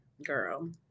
Girl